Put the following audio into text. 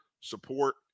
support